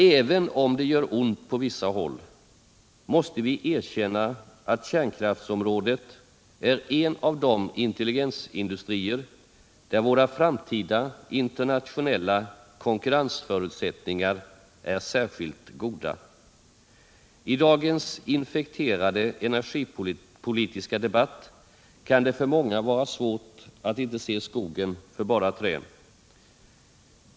Även om det gör ont på vissa håll måste vi erkänna att kärnkraftsområdet är en av de intelligensindustrier där våra framtida internationella konkurrensförutsättningar är särskilt goda. I dagens infekterade energipolitiska debatt kan det för många vara svårt att se skogen för bara träd.